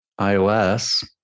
iOS